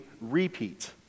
repeat